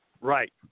Right